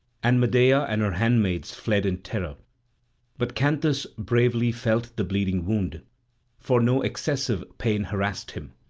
and medea and her handmaids fled in terror but canthus bravely felt the bleeding wound for no excessive pain harassed him.